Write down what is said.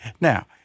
Now